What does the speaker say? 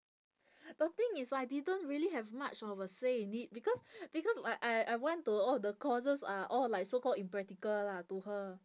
the thing is I didn't really have much of a say in it because because I I I want to all the courses are all like so called impractical lah to her